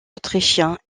autrichiens